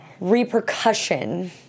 repercussion